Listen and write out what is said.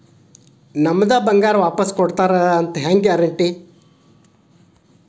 ನಮ್ಮದೇ ಬಂಗಾರ ವಾಪಸ್ ಕೊಡ್ತಾರಂತ ಹೆಂಗ್ ಗ್ಯಾರಂಟಿ?